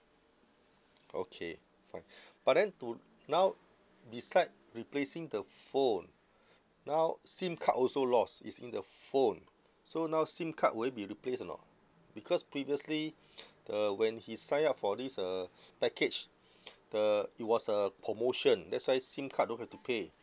okay fine but then to now beside replacing the phone now SIM card also lost it's in the phone so now SIM card will it be replaced or not because previously the when he sign up for this uh package the it was a promotion that's why SIM card don't have to pay